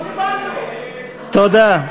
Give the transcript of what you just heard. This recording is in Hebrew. תודה.